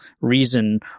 reason